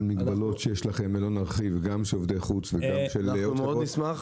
מגבלות שיש לכם ולא נרחיב גם של עובדי חוץ וגם של עוד חברות.